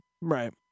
Right